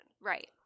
Right